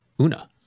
Una